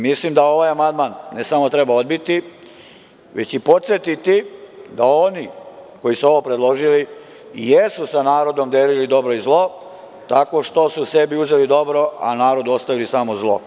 Mislim da ovaj amandman ne samo da treba odbiti već i podsetiti da oni koji su ovo predložili jesu sa narodom delili dobro i zlo, tako što su sebi uzeli dobro, a narodu ostavili samo zlo.